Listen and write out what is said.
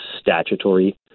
statutory